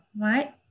right